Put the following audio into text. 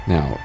Now